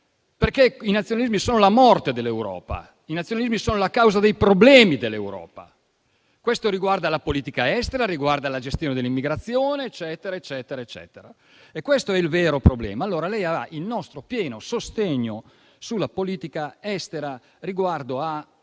perché i nazionalismi sono la morte dell'Europa. I nazionalismi sono la causa dei problemi dell'Europa. Questo riguarda la politica estera, la gestione dell'immigrazione, eccetera. E questo è il vero problema. Allora, lei ha il nostro pieno sostegno sulla politica estera riguardo al